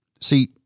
See